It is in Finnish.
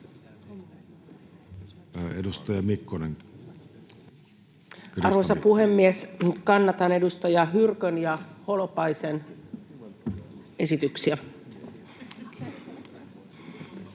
Arvoisa puhemies! Kannatan edustaja Forsgrénin tekemiä esityksiä.